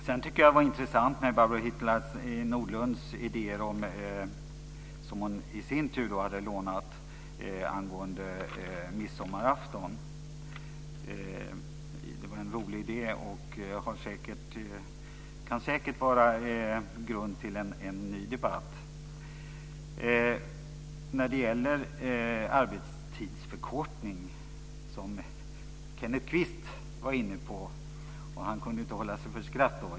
Barbro Hietala Nordlunds idéer angående midsommarafton, som hon i sin tur hade lånat, tycker jag var intressanta. Det var en rolig idé, och den kan säkert vara grund för en ny debatt. Han kunde inte hålla sig för skratt.